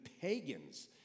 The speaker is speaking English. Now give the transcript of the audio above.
pagans